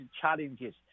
challenges